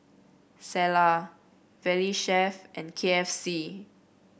Cesar Valley Chef and K F C